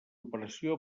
operació